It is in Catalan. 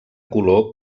color